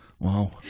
Wow